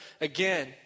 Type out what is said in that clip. again